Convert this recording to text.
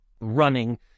running